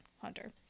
Hunter